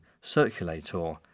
circulator